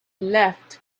left